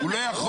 הוא לא יכול.